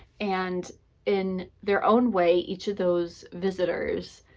and in their own way, each of those visitors